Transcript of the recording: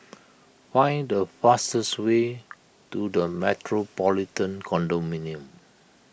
find the fastest way to the Metropolitan Condominium